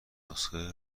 نسخه